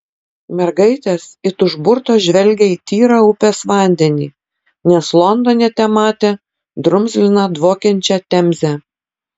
mergaitės it užburtos žvelgė į tyrą upės vandenį nes londone tematė drumzliną dvokiančią temzę